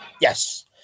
Yes